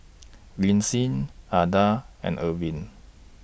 Lynsey Adah and Arvel